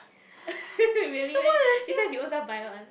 really meh this one you ownselves buy [one]